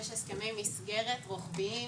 יש הסכמי מסגרת רוחביים